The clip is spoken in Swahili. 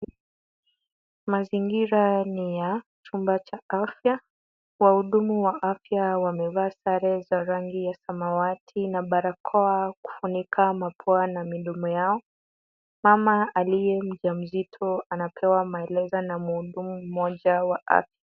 Mazingira ni ya chumba cha afya, wahudumu wa afya wamevaa sare za rangi ya Samawati na barakoa kufunika mapua na midomo yao .Mama aliye mjamzito anapewa maelekezo na mhudumu mmoja wa afya.